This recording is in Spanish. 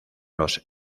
los